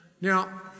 Now